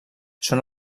són